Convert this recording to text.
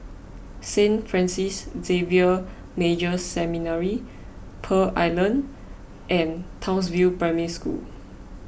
Saint Francis Xavier Major Seminary Pearl Island and Townsville Primary School